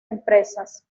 empresas